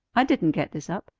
i didn't get this up.